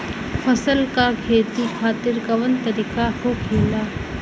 फसल का खेती खातिर कवन तरीका होखेला?